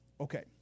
okay